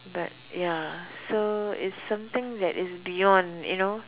but ya so it's something that is beyond you know